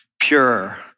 pure